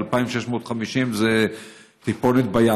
ו-2,650 זה טיפונת בים.